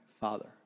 Father